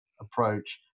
approach